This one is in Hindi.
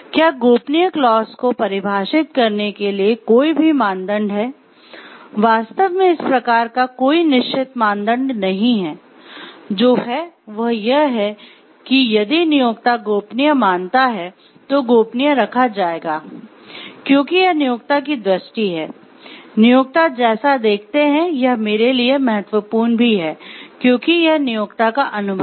क्या गोपनीय क्लॉज़ को परिभाषित करने के लिए भी कोई मानदंड हैं वास्तव में इस प्रकार का कोई निश्चित मानदंड नहीं है जो है यह वह है कि यदि नियोक्ता गोपनीय मानता है तो गोपनीय रखा जाएगा क्योंकि यह नियोक्ता की दृष्टि है नियोक्ता जैसा देखते हैं यह मेरे लिए महत्वपूर्ण भी है क्योंकि यह नियोक्ता का अनुभव है